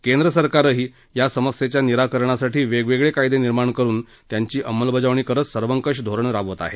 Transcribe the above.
केंद्र सरकारही या समस्येच्या निराकरणासाठी वेगवेगळे कायदे निर्माण करुन त्यांची अंमलबजावणी करत सर्वंकष धोरण राबवत आहे